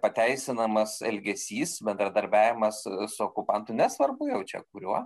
pateisinamas elgesys bendradarbiavimas su okupantu nesvarbu jau čia kuriuo